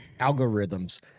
Algorithms